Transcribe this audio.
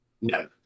No